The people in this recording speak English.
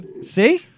See